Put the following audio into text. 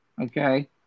Okay